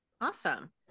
Awesome